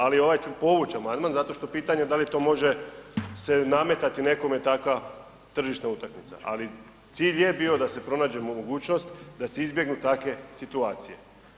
Ali ovaj ću povući amandman zato što pitanje da li to može se nametati nekome takva tržišna utakmica, ali cilj je bio da se pronađe mogućnost da se izbjegnu takve situacije.